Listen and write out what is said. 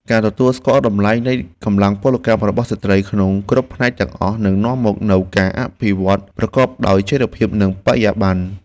ការទទួលស្គាល់តម្លៃនៃកម្លាំងពលកម្មរបស់ស្ត្រីក្នុងគ្រប់ផ្នែកទាំងអស់នឹងនាំមកនូវការអភិវឌ្ឍប្រកបដោយចីរភាពនិងបរិយាបន្ន។